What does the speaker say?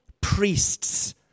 priests